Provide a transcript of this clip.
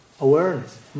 awareness